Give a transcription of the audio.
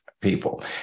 people